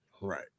Right